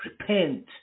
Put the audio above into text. repent